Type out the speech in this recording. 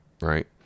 right